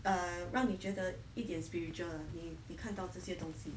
err 让我觉得一点 spiritual ah 你你看到这些东西